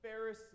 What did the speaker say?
pharisee